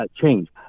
change